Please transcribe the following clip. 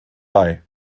bei